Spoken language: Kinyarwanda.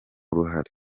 uruhare